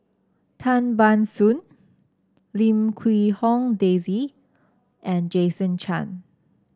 Tan Ban Soon Lim Quee Hong Daisy and Jason Chan